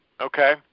Okay